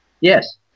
Yes